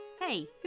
Hey